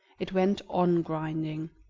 it went on grinding,